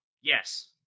yes